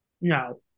No